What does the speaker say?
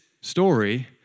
story